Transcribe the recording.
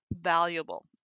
valuable